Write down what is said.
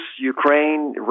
Ukraine